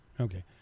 Okay